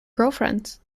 girlfriends